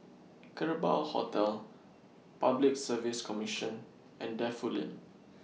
Kerbau Hotel Public Service Commission and Defu Lane